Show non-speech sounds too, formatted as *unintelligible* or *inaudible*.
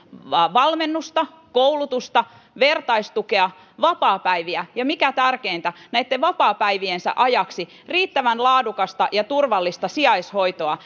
valmennusta koulutusta vertaistukea vapaapäiviä ja mikä tärkeintä näitten vapaapäiviensä ajaksi riittävän laadukasta ja turvallista sijaishoitoa *unintelligible*